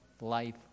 life